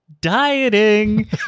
dieting